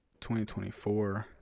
2024